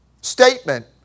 statement